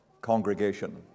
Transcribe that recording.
congregation